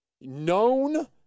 known